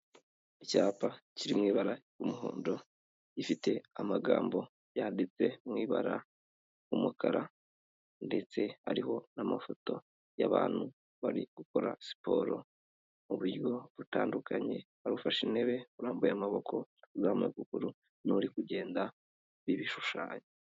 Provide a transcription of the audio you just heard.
Icyapa kiri mu ibara ry'umuhondo gifite amagambo yaditse mu ibara ry'umukara ndetse ariho n'amafoto y'abantu bari gukora siporo mu buryo butandukanye hari ufashe intebe urambuye amaboko, uzamuye ukuguru n'uri kugenda n'ibishushanyo.